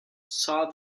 saw